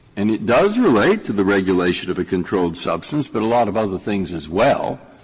and it does relate to the regulation of a controlled substance, but a lot of other things as well,